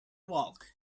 walk